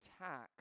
attack